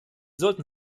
sollten